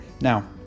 Now